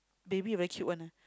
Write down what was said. baby very cute [one] ah